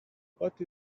what